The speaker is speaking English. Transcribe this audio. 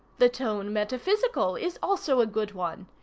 the tone metaphysical is also a good one.